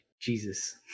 Jesus